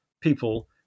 people